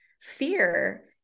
Fear